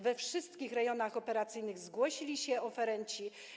We wszystkich rejonach operacyjnych zgłosili się oferenci.